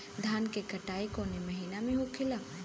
धान क कटाई कवने महीना में होखेला?